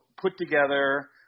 put-together